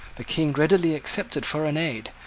the king readily accepted foreign aid,